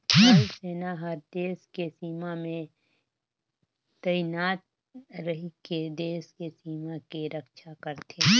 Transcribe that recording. थल सेना हर देस के सीमा में तइनात रहिके देस के सीमा के रक्छा करथे